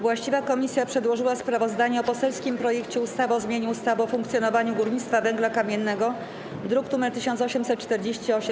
Właściwa komisja przedłożyła sprawozdanie o poselskim projekcie ustawy o zmianie ustawy o funkcjonowaniu górnictwa węgla kamiennego, druk nr 1848.